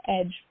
edge